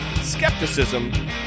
skepticism